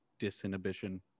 disinhibition